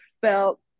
felt